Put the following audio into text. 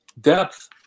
depth